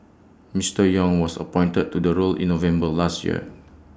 Mister Yong was appointed to the role in November last year